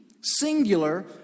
singular